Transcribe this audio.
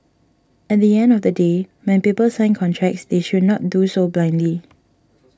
at the end of the day when people sign contracts they should not do so blindly